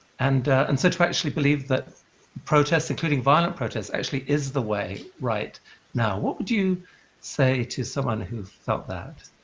and and so to actually believe that protest, including violent protest, actually is the way right now. what would you say to someone who felt that?